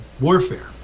warfare